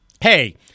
hey